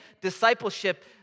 discipleship